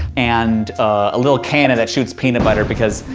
and, a little cannon that shoots peanut butter, because,